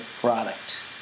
product